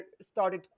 started